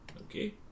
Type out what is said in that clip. Okay